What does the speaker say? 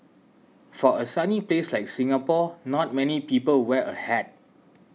for a sunny place like Singapore not many people wear a hat